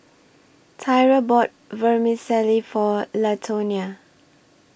Tyra bought Vermicelli For Latonia